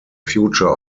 future